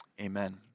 amen